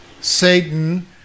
Satan